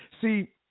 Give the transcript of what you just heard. See